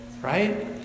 right